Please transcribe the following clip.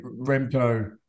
Remco